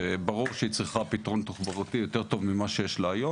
שברור שהיא צריכה פתרון תחבורתי יותר טוב ממה שיש לה היום.